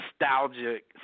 Nostalgic